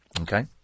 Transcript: Okay